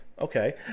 okay